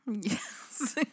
Yes